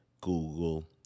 Google